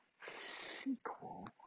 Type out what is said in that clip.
sequel